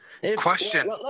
Question